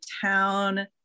town